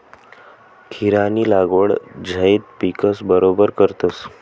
खीरानी लागवड झैद पिकस बरोबर करतस